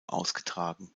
ausgetragen